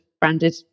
branded